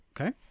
Okay